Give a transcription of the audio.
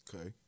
Okay